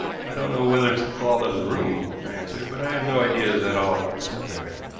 i don't know whether it's the fault of the room, i answered, but i have no ideas at all about this affair.